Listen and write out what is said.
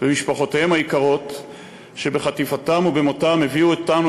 ומשפחותיהם היקרות שבחטיפתם ובמותם הביאו אותנו,